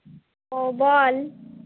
ও বল